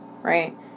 right